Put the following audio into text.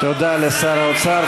תודה לשר האוצר.